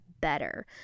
better